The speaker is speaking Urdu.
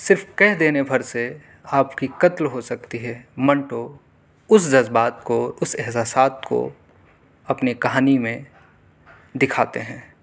صرف کہہ دینے بھر سے آپ کی قتل ہو سکتی ہے منٹو اس جذبات کو اس احساسات کو اپنی کہانی میں دکھاتے ہیں